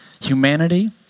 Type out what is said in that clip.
humanity